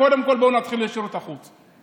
קודם כול בואו נתחיל בשירות החוץ.